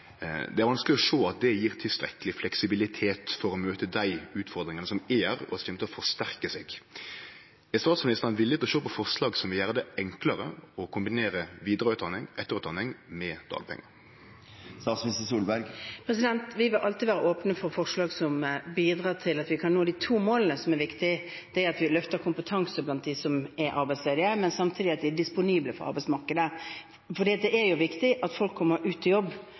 Det er vanskeleg å sjå at det gjev tilstrekkeleg fleksibilitet for å møte dei utfordringane som er her, og som kjem til å forsterke seg. Er statsministeren villig til å sjå på forslag som vil gjere det enklare å kombinere vidareutdanning og etterutdanning med dagpengar? Vi bør alltid være åpne for forslag som bidrar til at vi kan nå de to målene som er viktige, og det er at vi løfter kompetansen blant dem som er arbeidsledige, men samtidig at de er disponible for arbeidsmarkedet. Det er viktig at folk kommer ut i jobb,